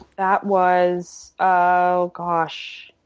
that was, oh, gosh,